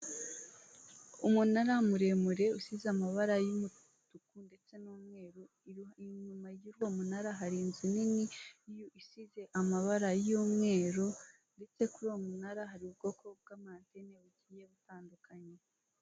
Umunara muremure usize amabara y'umutuku ndetse n'umweru, inyuma y'uwo munara hari inzu nini isize amabara y'umweru ndetse kuri uwo munara hari ubwoko bw'amantene bugiye butandukanye.